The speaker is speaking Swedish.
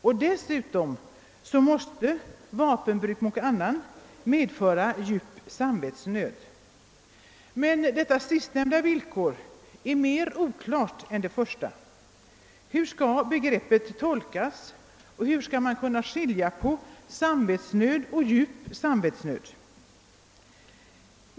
För det andra måste vapenbruk mot annan medföra »djup samvetsnöd». Detta sistnämnda villkor är emellertid mer oklart än det första. Hur skall begreppet tolkas, och hur skall man kunna skilja mellan »samvetsnöd» och »djup samvetsnöd»?